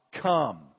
come